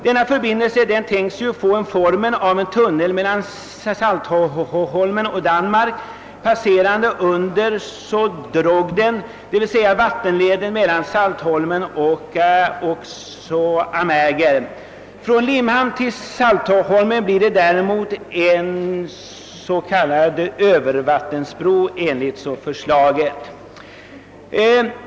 Denna förbindelse tänks få formen av en tunnel mellan Saltholm och Danmark, passerande under Drogden, d. v. s. vattenleden mellan Saltholm och Amager. Från Lim hamn till Saltholm blir det däremot en övervattensbro enligt förslaget.